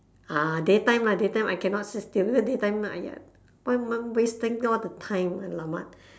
ah day time lah day time I cannot sit still because day time !aiya! why want wasting all the time !alamak!